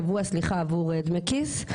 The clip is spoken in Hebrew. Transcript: בשבוע עבור דמי כיס.